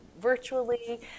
virtually